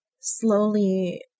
slowly